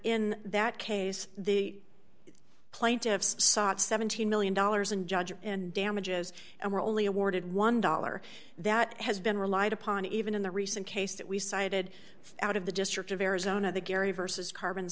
in that case the plaintiffs sought seventeen million dollars in judges in damages and were only awarded one dollar that has been relied upon even in the recent case that we cited out of the district of arizona the gary vs carbon